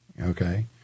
Okay